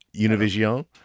Univision